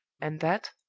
and that,